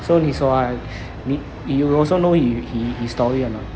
so 你说 ah 你你 you also know he he his story or not